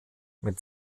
mit